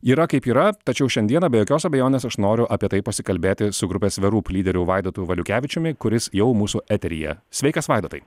yra kaip yra tačiau šiandieną be jokios abejonės aš noriu apie tai pasikalbėti su grupės the roop lyderiu vaidotu valiukevičiumi kuris jau mūsų eteryje sveikas vaidotai